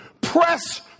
Press